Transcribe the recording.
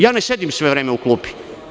Ja ne sedim sve vreme u klupi.